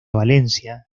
valencia